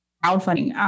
crowdfunding